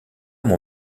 mon